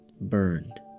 burned